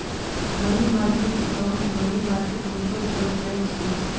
money market account money market mutual fund नै छियै